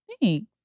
Thanks